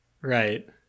Right